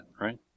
right